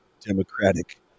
democratic